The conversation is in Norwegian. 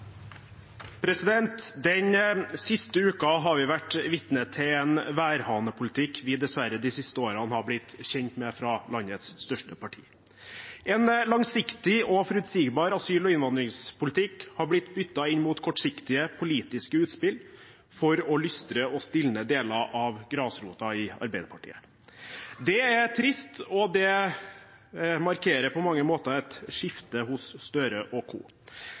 Den siste uka har vi vært vitne til en værhanepolitikk vi dessverre de siste årene har blitt kjent med fra landets største parti. En langsiktig og forutsigbar asyl- og innvandringspolitikk har blitt byttet inn mot kortsiktige politiske utspill for å lystre og stilne deler av grasrota i Arbeiderpartiet. Det er trist, og det markerer på mange måter et skifte hos Støre